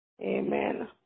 Amen